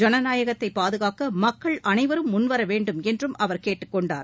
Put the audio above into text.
ஜனநாயகத்தை பாதுகாக்க மக்கள் அனைவரும் முன்வர வேண்டும் என்றம் அவர் கேட்டுக்கொண்டார்